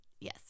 yes